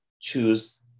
choose